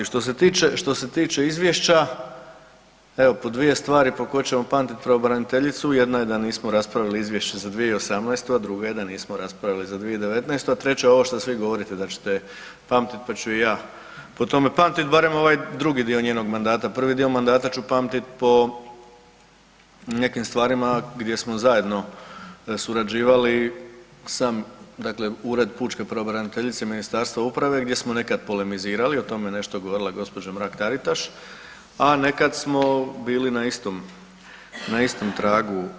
Što se tiče izvješća, evo pod svije stvari po kojoj ćemo pamtiti pravobraniteljicu, jedna je da nismo raspravili izvješće za 2018. a drugo je da nismo raspravili za 2019., a treće ovo što svi govorite da ćete pamtiti, pa ću je i ja po tome pamtit, barem ovaj drugi dio njenog mandata, prvi dio mandat ću pamtit po nekim stvarima gdje smo zajedno surađivali, sam dakle Ured pučke pravobraniteljice i Ministarstva uprave gdje smo nekad polemizirali, o tome je nešto govorila gđa. Mrak-Taritaš, a nekad smo bili na istom tragu.